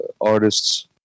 artists